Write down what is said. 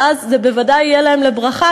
ואז זה בוודאי יהיה להם לברכה,